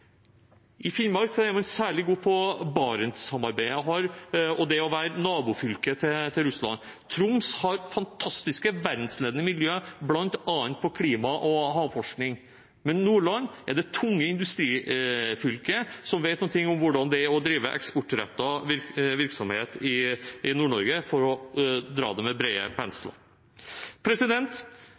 I Finnmark er man særlig god på Barentssamarbeidet og det å være nabofylke til Russland, Troms har fantastiske, verdensledende miljøer innen bl.a. klima og havforskning, mens Nordland er det tunge industrifylket som vet noe om hvordan det er å drive eksportrettet virksomhet i Nord-Norge – for å male det med